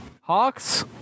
Hawks